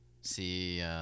see